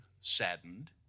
saddened